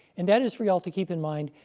and that is for you all to keep in mind,